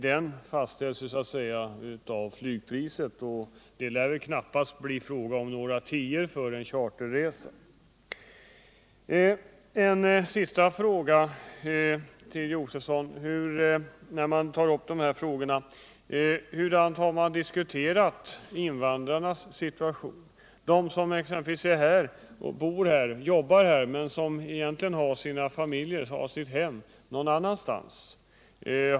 Den bestäms ju av flygpriset, och det lär knappast bli fråga om endast några tior för en charterresa. En sista fråga till Stig Josefson: Har man inom utskottet diskuterat invandrarnas situationen i detta sammanhang? Jag tänker på de invandrare som jobbar här, men som egentligen har sina hem och sina familjer någon annanstans.